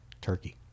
turkey